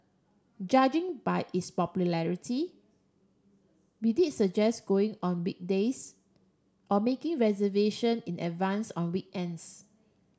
judging by its popularity we'd suggest going on weekdays or making reservation in advance on weekends